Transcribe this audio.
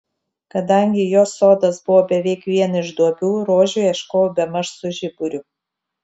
kadangi jos sodas buvo beveik vien iš duobių rožių ieškojau bemaž su žiburiu